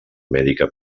mèdica